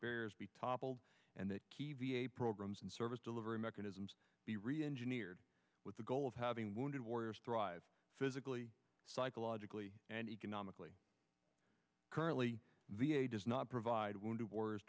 serious be toppled and that key v a programs and service delivery mechanisms be reengineered with the goal of having wounded warriors thrive physically psychologically and economically currently v a does not provide wounded war